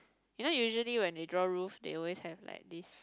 you know usually when they draw roof they always have like this